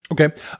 Okay